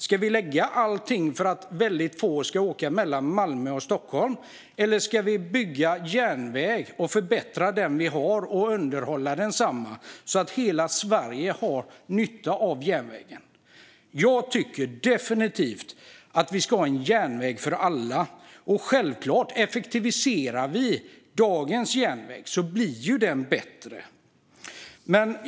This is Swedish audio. Ska vi lägga alla pengar på att väldigt få ska åka mellan Malmö och Stockholm, eller ska vi bygga järnväg och förbättra och underhålla den vi har så att hela Sverige har nytta av järnvägen? Jag tycker definitivt att vi ska ha en järnväg för alla. Och självklart är det så att om vi effektiviserar dagens järnväg blir den bättre.